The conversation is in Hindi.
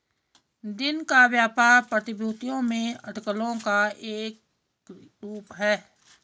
दिन का व्यापार प्रतिभूतियों में अटकलों का एक रूप है